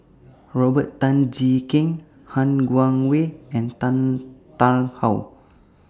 Robert Tan Jee Keng Han Guangwei and Tan Tarn How